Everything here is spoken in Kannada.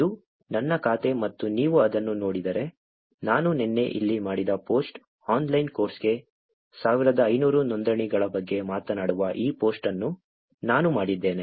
ಇದು ನನ್ನ ಖಾತೆ ಮತ್ತು ನೀವು ಅದನ್ನು ನೋಡಿದರೆ ನಾನು ನಿನ್ನೆ ಇಲ್ಲಿ ಮಾಡಿದ ಪೋಸ್ಟ್ ಆನ್ಲೈನ್ ಕೋರ್ಸ್ಗೆ 1500 ನೋಂದಣಿಗಳ ಬಗ್ಗೆ ಮಾತನಾಡುವ ಈ ಪೋಸ್ಟ್ ಅನ್ನು ನಾನು ಮಾಡಿದ್ದೇನೆ